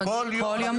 כל יום.